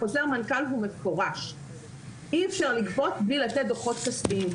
חוזר מנכ"ל הוא מפורש ואי-אפשר לגבות בלי לתת דוחות כספיים.